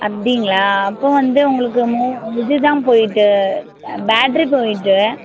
அப்படிங்களா அப்போது வந்து உங்களுக்கு மோ இதுதான் போய்விட்டு ஆ பேட்ரி போய்விட்டு